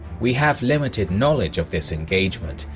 we have limited knowledge of this engagement,